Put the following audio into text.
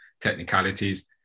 technicalities